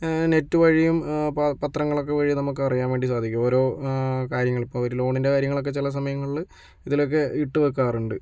net വഴിയും പത്രങ്ങളൊക്കെ വഴി നമുക്ക് അറിയാൻ വേണ്ടി സാധിക്കും ഓരോ കാര്യങ്ങൾ ഇപ്പം ഒരു ലോണിൻ്റെ കാര്യങ്ങളൊക്കെ ചില സമയങ്ങളില് ഇതിലൊക്കെ ഇട്ടുവെക്കാറുണ്ട്